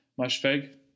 Mushfeg